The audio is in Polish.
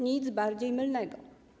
Nic bardziej mylnego.